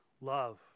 love